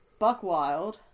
Buckwild